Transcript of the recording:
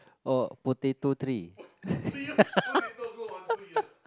or potato tree